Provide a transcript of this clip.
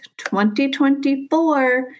2024